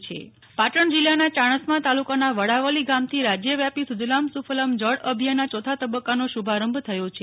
નેહ્લ ઠક્કર સુજલામ સુફલામ પાટણ જિલ્લાના ચાણસ્મા તાલુકાના વડાવલી ગામથી રાજ્યવ્યાપી સુજલામ સુફલામ જળ અભિયાનના યોથા તબક્કાનો શુભારંભ થયો છે